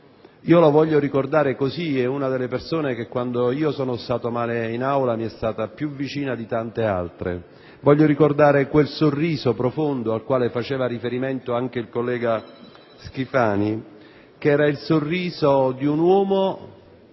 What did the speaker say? Lo voglio ricordare così. È una delle persone che quando sono stato male in Aula mi è stata vicina, più di tante altre; voglio ricordare quel sorriso profondo al quale faceva riferimento anche il collega Schifani, il sorriso di un uomo